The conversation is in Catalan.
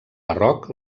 barroc